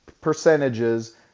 percentages